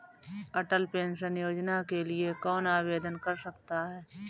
अटल pension योजना के लिए कौन आवेदन कर सकता है?